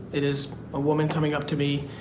it is a woman coming up to me